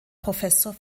professor